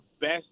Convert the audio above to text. best